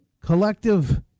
collective